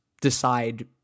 decide